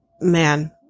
man